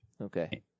Okay